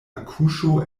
akuŝo